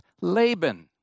Laban